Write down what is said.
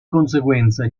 conseguenza